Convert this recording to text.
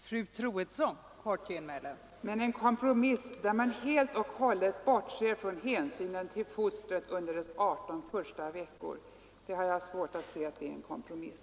Fru talman! Men ett lagförslag, där man helt och hållet bortser från hänsynen till fostret under dess 18 första veckor, har jag svårt att se som en kompromiss.